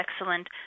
excellent